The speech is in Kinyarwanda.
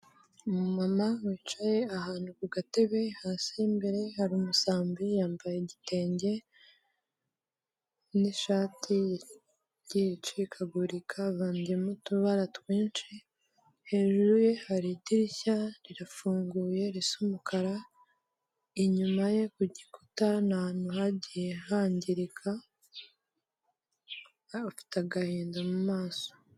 Umumama wicaye ahantu ku gatebe, hasi imbere hari umusambi, yambaye igitenge, n'ishati igiye icikagurika, havanzemo utubara twinshi, hejuru ye hari idirishya rirafunguye risa umukara, inyuma ye ku gikuta ni ahantu hagiye hangirika, afite agahinda mu maso.